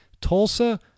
Tulsa